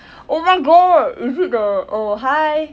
oh my god is it the oh hi